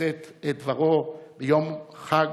לשאת את דברו ביום חג,